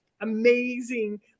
amazing